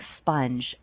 sponge